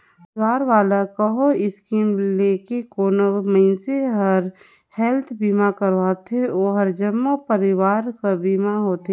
परवार वाला कहो स्कीम लेके कोनो मइनसे हर हेल्थ बीमा करवाथें ओ हर जम्मो परवार के बीमा होथे